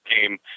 game